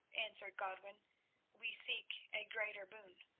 answered godwin we seek a greater boon.